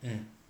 mm